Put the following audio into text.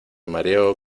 mareo